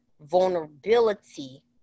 vulnerability